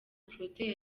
protais